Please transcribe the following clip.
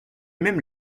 même